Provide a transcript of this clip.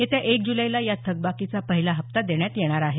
येत्या एक ज़ुलैला या थकबाकीचा पहिला हप्ता देण्यात येणार आहे